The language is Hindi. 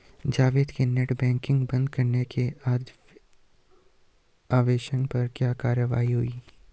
जावेद के नेट बैंकिंग बंद करने के आवेदन पर क्या कार्यवाही हुई?